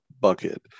bucket